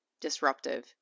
disruptive